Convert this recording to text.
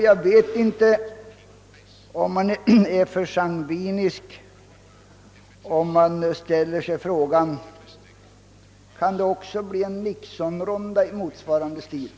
Jag vet inte om man är för sangvinisk om man ställer sig frågan: Kan det också bli en Nixonrond på liknande sätt?